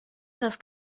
das